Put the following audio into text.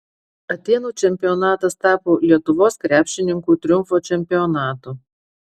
atėnų čempionatas tapo lietuvos krepšininkų triumfo čempionatu